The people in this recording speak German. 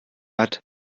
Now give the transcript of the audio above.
hat